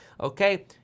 okay